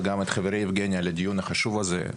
וגם את חברי יבגני על הדיון החשוב הזה.